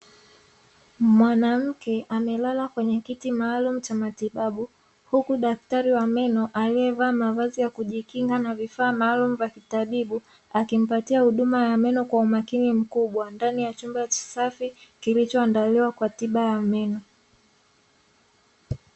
Mwanamke amelala kwenye kiti maalumu cha matibabu, huku daktari wa meno aliyevaa mavazi ya kujikinga na vifaa maalumu vya kitabibu, akimpatia huduma ya meno kwa umakini mkubwa ndani ya chumba kisafi kilichoandaliwa kwa ajili ya tiba ya meno.